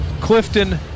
Clifton